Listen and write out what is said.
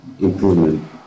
improvement